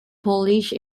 polish